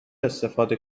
استفاده